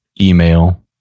email